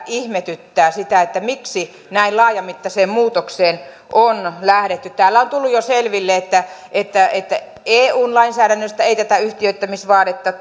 ihmetyttää että miksi näin laajamittaiseen muutokseen on lähdetty täällä on tullut jo selville että että eun lainsäädännöstä ei tätä yhtiöittämisvaadetta